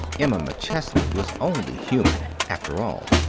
emma mcchesney was only human, after all.